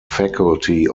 faculty